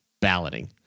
balloting